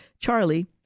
Charlie